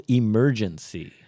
emergency